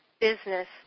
business